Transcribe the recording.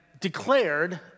declared